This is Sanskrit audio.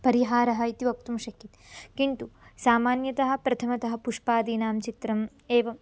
परिहारः इति वक्तुं शक्यते किन्तु सामान्यतः प्रथमतः पुष्पादीनां चित्रम् एवं